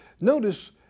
Notice